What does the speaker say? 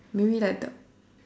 maybe like the